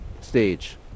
stage